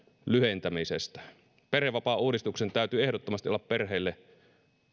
lyhentämisestä perhevapaauudistuksen täytyy ehdottomasti olla perheille